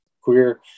Queer